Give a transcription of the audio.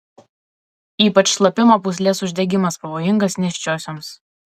ypač šlapimo pūslės uždegimas pavojingas nėščiosioms